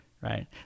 right